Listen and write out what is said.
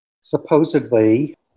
supposedly